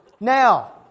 Now